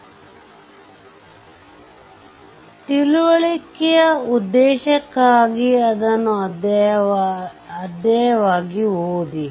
ಆದ್ದರಿಂದ ತಿಳುವಳಿಕೆಯ ಉದ್ದೇಶಕ್ಕಾಗಿ ಅದನ್ನು ಅಧ್ಯಾಯವಾಗಿ ಓದಿ